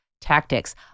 tactics